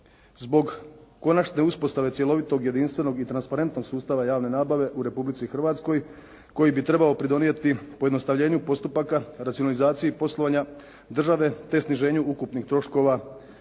zbog konačne uspostave cjelovitog, jedinstvenog i transparentnog sustava javne nabave u Republici Hrvatskoj koji bi trebao pridonijeti pojednostavljenju postupaka, racionalizaciji poslovanja države te sniženju ukupnih troškova